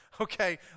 Okay